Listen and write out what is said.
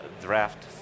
Draft